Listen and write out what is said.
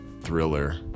thriller